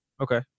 Okay